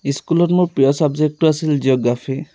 স্কুলত মোৰ প্ৰিয় চাবজেক্টটো আছিল জিঅ'গ্ৰাফী